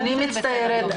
אני מצטערת,